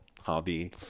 hobby